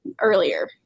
earlier